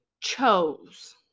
chose